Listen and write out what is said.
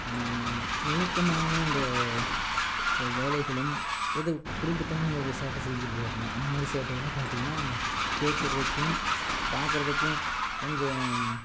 நுணுக்கமான அந்த வேலைகளும் ஏதோ குறும்புத்தனமாக ஏதாவது ஒரு சேட்டை செஞ்சுட்டு போவாங்க அந்தமாதிரி சேட்டை எல்லாம் பார்த்திங்கனா கேக்கிறதுக்கும் பார்க்குறதுக்கும் கொஞ்சம்